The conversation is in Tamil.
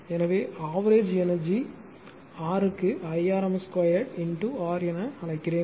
எனவே ஆவரேஜ் எனர்ஜி R க்கு I rms 2 பெருக்கல் R என அழைக்கிறேன்